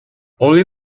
only